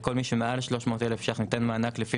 לכל מי שמעל 300,000 ש"ח ניתן מענק לפי